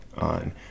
on